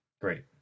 great